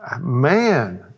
Man